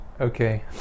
Okay